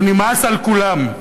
הוא נמאס על כולם.